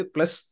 Plus